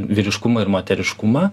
vyriškumą ir moteriškumą